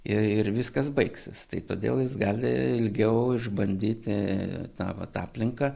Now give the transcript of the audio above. ir viskas baigsis tai todėl jis gali ilgiau išbandyti tą vat aplinką